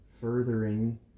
furthering